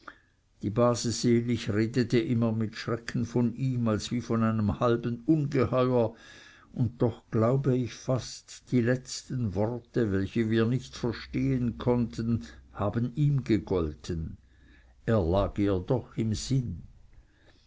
die base selig redete immer mit schrecken von ihm als wie von einem halben ungeheuer und doch glaube ich fast die letzten worte welche wir nicht verstehen konnten haben ihm gegolten er lag ihr doch im sinn